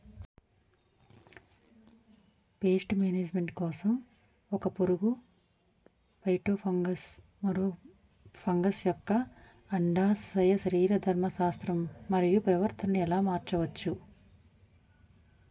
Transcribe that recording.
Paste management కోసం ఒక పురుగు ఫైటోఫాగస్హె మటోఫాగస్ యెక్క అండాశయ శరీరధర్మ శాస్త్రం మరియు ప్రవర్తనను ఎలా మార్చచ్చు?